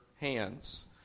hands